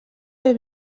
fer